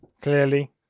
Clearly